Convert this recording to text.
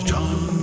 John